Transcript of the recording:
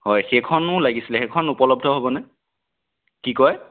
হয় সেইখনো লাগিছিলে সেইখন উপলব্ধ হ'বনে কি কয়